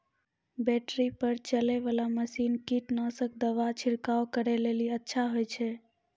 Battery पर चलै वाला मसीन कीटनासक दवा छिड़काव करै लेली अच्छा होय छै?